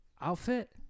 outfit